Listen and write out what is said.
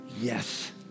yes